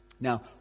Now